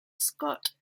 scott